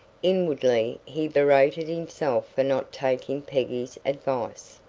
inwardly he berated himself for not taking peggy's advice.